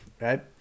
right